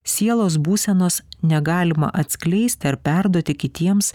sielos būsenos negalima atskleisti ar perduoti kitiems